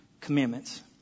Commandments